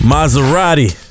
Maserati